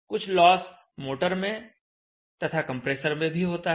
कुछ loss motor में तथा कंप्रेसर में भी होता है